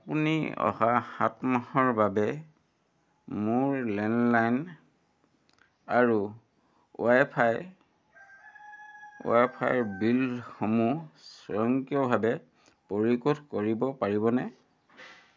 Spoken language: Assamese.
আপুনি অহা সাত মাহৰ বাবে মোৰ লেণ্ডলাইন আৰু ৱাই ফাই ৱাই ফাইৰ বিলসমূহ স্বয়ংক্ৰিয়ভাৱে পৰিশোধ কৰিব পাৰিবনে